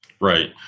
Right